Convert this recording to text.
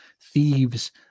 thieves